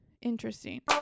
interesting